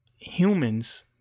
humans